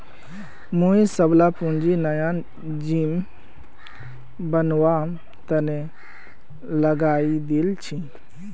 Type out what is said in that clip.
मुई सबला पूंजी नया जिम बनवार तने लगइ दील छि